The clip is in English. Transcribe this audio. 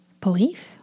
Belief